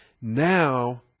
now